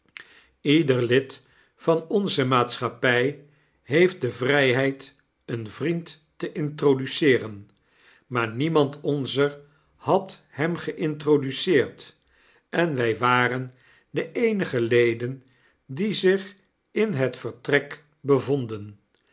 leder lid van onze maatschappij heeft de vrijheid een vriend te introduceeren maar demand onzer had hem geintroduceerd en wij waren de eenige leden die zich in het vertrek bevonden